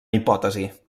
hipòtesi